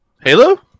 halo